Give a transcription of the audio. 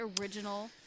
original